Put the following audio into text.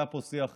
היה פה שיח חשוב.